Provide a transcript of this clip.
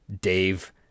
Dave